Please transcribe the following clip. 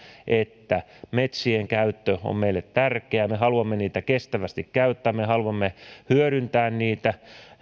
että metsien käyttö on meille tärkeää me haluamme niitä kestävästi käyttää me haluamme hyödyntää niitä